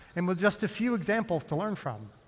and with just a few examples to learn from?